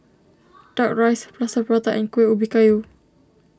Kuck Rice Plaster Prata and Kuih Ubi Kayu